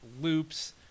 loops